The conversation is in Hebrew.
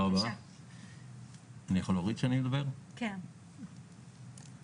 ראשית אני מברך אותך, גברתי